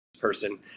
person